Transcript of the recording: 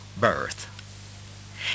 birth